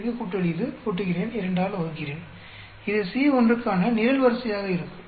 இது கூட்டல் இது கூட்டுகிறேன் 2 ஆல் வகுக்கிறேன் இது C1 க்கான நிரல்வரிசையாக இருக்கும்